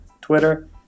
Twitter